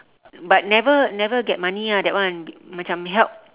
but never never get money ah that one macam help